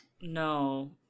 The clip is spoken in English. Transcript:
No